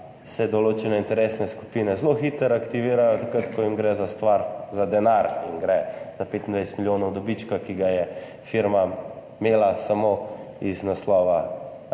se določene interesne skupine zelo hitro aktivirajo takrat, ko jim gre za stvar, za denar jim gre, za 25 milijonov dobička, ki ga je firma imela samo iz naslova